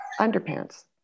underpants